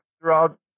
throughout